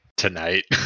tonight